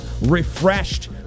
refreshed